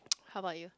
how about you